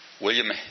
William